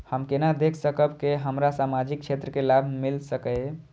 हम केना देख सकब के हमरा सामाजिक क्षेत्र के लाभ मिल सकैये?